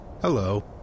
Hello